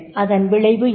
அதன் விளைவு என்ன